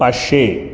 पाचशे